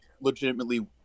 legitimately